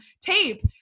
tape